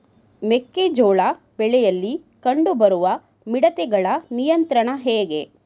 ಮೆಕ್ಕೆ ಜೋಳ ಬೆಳೆಯಲ್ಲಿ ಕಂಡು ಬರುವ ಮಿಡತೆಗಳ ನಿಯಂತ್ರಣ ಹೇಗೆ?